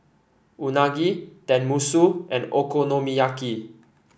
Unagi Tenmusu and Okonomiyaki